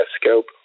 scope